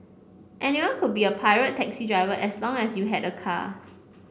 anyone could be a pirate taxi driver as long as you had a car